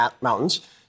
Mountains